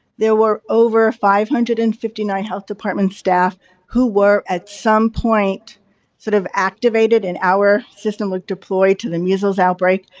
there were over five hundred and fifty nine health department staff who were at some point sort of activated and our system was like deployed to the measles outbreak.